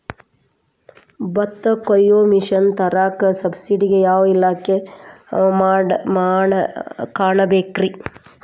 ಭತ್ತ ಕೊಯ್ಯ ಮಿಷನ್ ತರಾಕ ಸಬ್ಸಿಡಿಗೆ ಯಾವ ಇಲಾಖೆ ಕಾಣಬೇಕ್ರೇ?